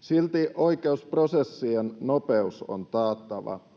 Silti oikeusprosessien nopeus on taattava,